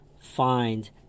find